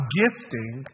gifting